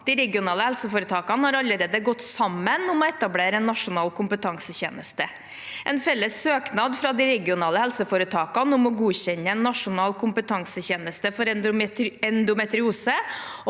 De regionale helseforetakene har allerede gått sammen om å etab lere en nasjonal kompetansetjeneste. En felles søknad fra de regionale helseforetakene om å godkjenne en nasjonal kompetansetjeneste for endometriose